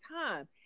time